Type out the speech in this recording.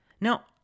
Now